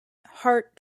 hart